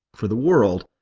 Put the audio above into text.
for the world,